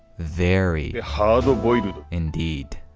very hard-boiled indeed.